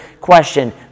question